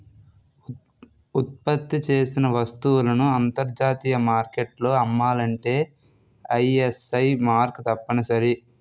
ఉత్పత్తి చేసిన వస్తువులను అంతర్జాతీయ మార్కెట్లో అమ్మాలంటే ఐఎస్ఐ మార్కు తప్పనిసరి